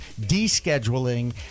descheduling